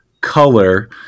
color